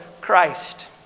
Christ